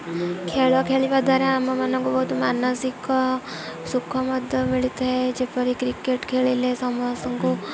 ଖେଳ ଖେଳିବା ଦ୍ୱାରା ଆମମାନଙ୍କୁ ବହୁତ ମାନସିକ ସୁଖ ମଧ୍ୟ ମିଳିଥାଏ ଯେପରି କ୍ରିକେଟ୍ ଖେଳିଲେ ସମସ୍ତଙ୍କୁ